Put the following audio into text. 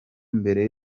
mbere